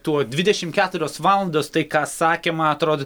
tuo dvidešim keturios valandos tai ką sakė man atrod